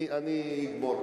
אני אסיים.